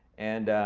and